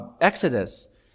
Exodus